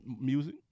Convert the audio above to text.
music